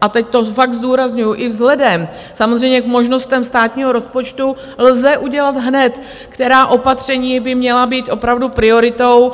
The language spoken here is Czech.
a teď to fakt zdůrazňuju, i vzhledem samozřejmě k možnostem státního rozpočtu lze udělat hned, která opatření by měla být opravdu prioritou.